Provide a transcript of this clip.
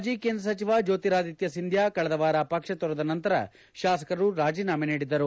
ಮಾಜಿ ಕೇಂದ್ರ ಸಚಿವ ಜ್ಣೋತಿರಾದಿತ್ತ ಸಿಂಧ್ವಾ ಕಳೆದ ವಾರ ಪಕ್ಷ ತೊರೆದ ನಂತರ ಶಾಸಕರು ರಾಜೀನಾಮೆ ನೀಡಿದ್ದರು